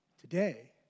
Today